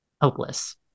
hopeless